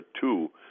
two